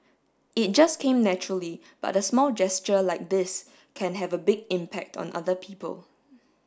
it just came naturally but a small gesture like this can have a big impact on other people